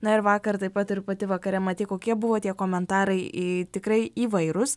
na ir vakar taip pat ir pati vakare matei kokie buvo tie komentarai tikrai įvairus